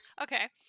Okay